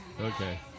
Okay